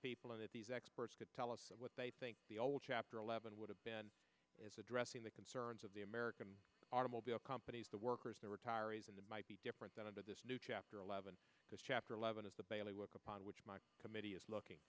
people in that these experts could tell us that what they think the old chapter eleven would have been is addressing the concerns of the american automobile companies the workers the retirees and that might be different than under this new chapter eleven because chapter eleven is the bailey work upon which my committee is looking